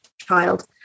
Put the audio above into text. child